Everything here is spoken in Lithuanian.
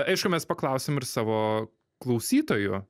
aišku mes paklausėm ir savo klausytojų